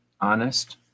honest